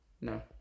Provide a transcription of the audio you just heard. No